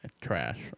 trash